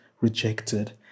rejected